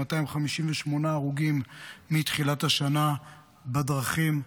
ו-258 הרוגים מתחילת השנה בדרכים.